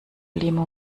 limo